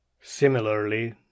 Similarly